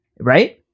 right